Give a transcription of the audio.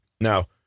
Now